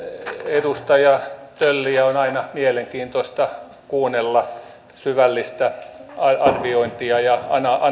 edustaja tölliä on aina mielenkiintoista kuunnella syvällistä arviointia ja